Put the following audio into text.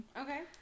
Okay